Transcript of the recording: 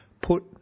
put